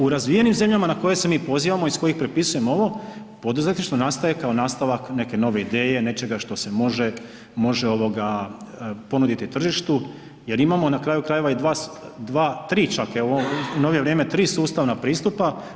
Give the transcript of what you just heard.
U razvijenim zemljama na koje se mi pozivamo iz kojih prepisujemo ovo poduzetništvo nastaje kao nastavak neke nove ideje, nečega što se može, može ovoga ponuditi tržištu jer imamo na kraju krajeva i dva, tri čak, evo u novije vrijeme tri sustavna pristupa.